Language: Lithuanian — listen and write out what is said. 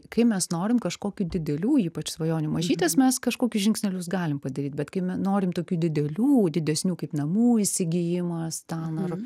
kai mes norim kažkokių didelių ypač svajonių mažytės mes kažkokius žingsnelius galim padaryt bet kai mi norim tokių didelių didesnių kaip namų įsigijimas ten ar